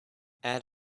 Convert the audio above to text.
add